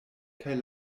kaj